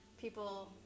people